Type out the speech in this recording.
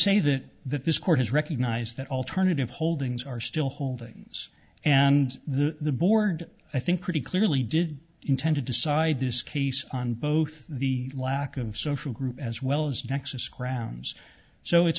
say that that this court has recognized that alternative holdings are still holdings and the board i think pretty clearly did intend to decide this case on both the lack of social group as well as nexus crowns so it's